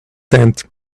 tent